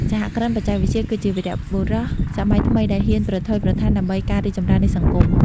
សហគ្រិនបច្ចេកវិទ្យាគឺជាវីរបុរសសម័យថ្មីដែលហ៊ានប្រថុយប្រថានដើម្បីការរីកចម្រើននៃសង្គម។